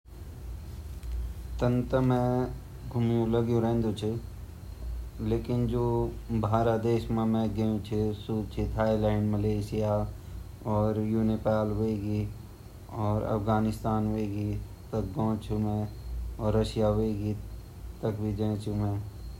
मि ता भारत मा ही घुम्यो अर भारत मा शहर छिन जन मि बम्बई छिन दिल्ली छिन राजस्तान छिन कलकत्ता छिन और अप्रु जयपुर छिन और मद्रास की तरफ जितना शहर छिन सब मेंरा घुम्या छिन।